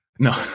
No